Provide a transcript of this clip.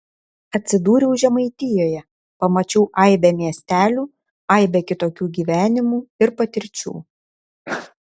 atsidūriau žemaitijoje pamačiau aibę miestelių aibę kitokių gyvenimų ir patirčių